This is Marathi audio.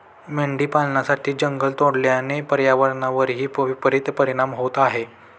मेंढी पालनासाठी जंगल तोडल्याने पर्यावरणावरही विपरित परिणाम होत आहे